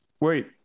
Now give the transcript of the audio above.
wait